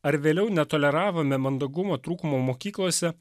ar vėliau netoleravome mandagumo trūkumo mokyklose